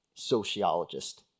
sociologist